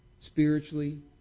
spiritually